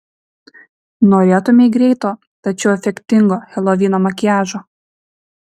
norėtumei greito tačiau efektingo helovino makiažo